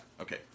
Okay